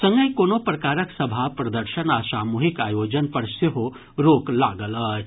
संगहि कोनो प्रकारक सभा प्रदर्शन आ सामूहिक आयोजन पर सेहो रोक लागल अछि